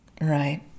Right